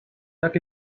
that